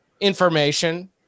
information